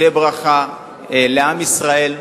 תהיה ברכה לעם ישראל,